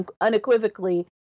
unequivocally